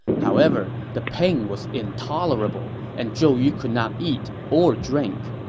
however, the pain was intolerable and zhou yu could not eat or drink